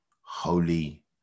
holy